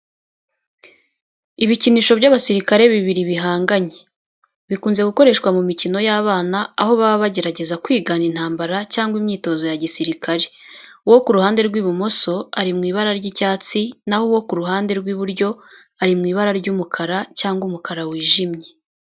Ibikinisho by’abasirikare bibiri bihanganye. bikunze gukoreshwa mu mikino y’abana, aho baba bagerageza kwigana intambara cyangwa imyitozo ya gisirikare. Uwo ku ruhande rw’ibumoso ari mu ibara ry’icyatsi na ho uwo ku ruhande rw'iburyo ari mu ibara ry'umukara cyangwa umukara wijimye.